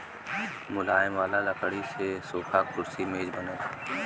मुलायम वाला लकड़ी से सोफा, कुर्सी, मेज बनला